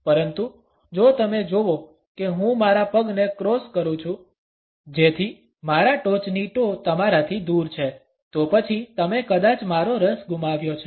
પરંતુ જો તમે જોવો કે હું મારા પગને ક્રોસ કરું છું જેથી મારા ટોચની ટો તમારાથી દૂર છે તો પછી તમે કદાચ મારો રસ ગુમાવ્યો છે